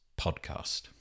podcast